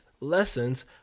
lessons